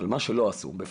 מה שלא עשו בפועל,